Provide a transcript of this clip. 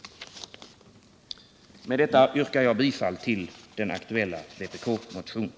Med detta yrkar jag bifall till den aktuella vpk-motionen.